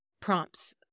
prompts